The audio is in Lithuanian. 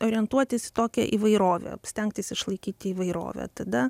orientuotis į tokią įvairovę stengtis išlaikyti įvairovę tada